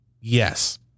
Yes